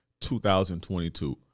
2022